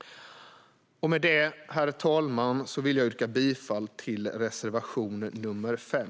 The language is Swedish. Med detta, herr talman, vill jag yrka bifall till reservation nr 5.